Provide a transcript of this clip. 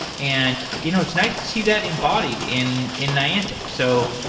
and you know it's nice to see that embodied in in niantic. so,